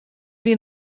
wie